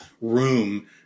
room